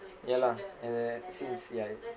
ya lah and then since ya